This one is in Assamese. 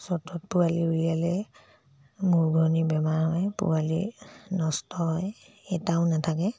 চ'তত পোৱালি উলিয়ালে মূৰ ঘূৰণি বেমাৰ হয় পোৱালি নষ্ট হয় এটাও নাথাকে